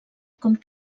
com